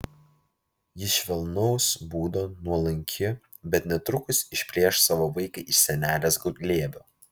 ji švelnaus būdo nuolanki bet netrukus išplėš savo vaiką iš senelės glėbio